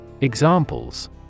EXAMPLES